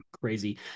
crazy